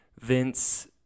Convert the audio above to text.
Vince